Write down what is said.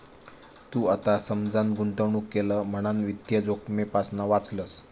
तू आता समजान गुंतवणूक केलं म्हणान वित्तीय जोखमेपासना वाचलंस